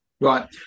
Right